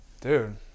Dude